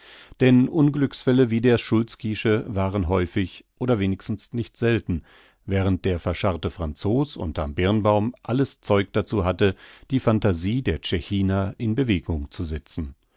denn unglücksfälle wie der szulski'sche waren häufig oder wenigstens nicht selten während der verscharrte franzos unterm birnbaum alles zeug dazu hatte die fantasie der tschechiner in bewegung zu setzen